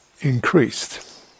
increased